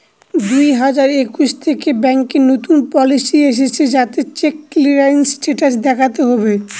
দুই হাজার একুশ থেকে ব্যাঙ্কে নতুন পলিসি এসেছে যাতে চেক ক্লিয়ারিং স্টেটাস দেখাতে হবে